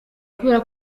kubera